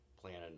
planning